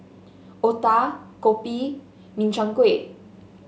otah kopi Min Chiang Kueh